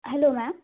hello ma'am